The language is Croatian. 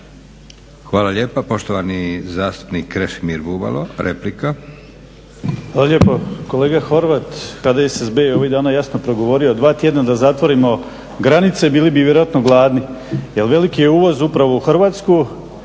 Hvala lijepa. Poštovani zastupnik Krešimir Bubalo, replika. **Bubalo, Krešimir (HDSSB)** Hvala lijepo. Kolega Horvat HDSSB je ovih dana jasno progovorio, dva tjedna da zatvorimo granice bili bi vjerojatno gladni jer veliki je uvoz upravo u Hrvatsku